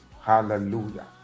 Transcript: Hallelujah